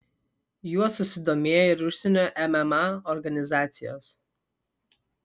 juo susidomėjo ir užsienio mma organizacijos